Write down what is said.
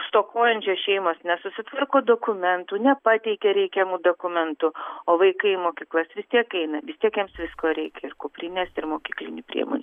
stokojančios šeimos nesusitvarko dokumentų nepateikia reikiamų dokumentų o vaikai į mokyklas vis tiek eina vistiek jiems visko reikia ir kuprinės ir mokyklinių priemonių